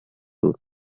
tour